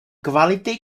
kvality